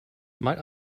might